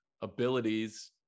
abilities